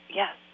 yes